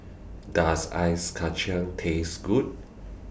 Does Ice Kacang Taste Good